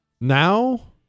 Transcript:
Now